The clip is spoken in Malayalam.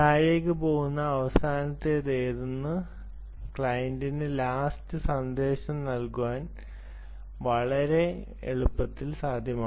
താഴേയ്ക്ക് പോകുന്ന അവസാനത്തേതാണെന്ന് ക്ലയന്റിന് ലാസ്റ്റ് സന്ദേശം നൽകാൻ വളരെ എളുപ്പത്തിൽ സാധ്യമാണ്